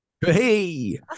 Hey